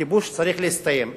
הכיבוש צריך להסתיים.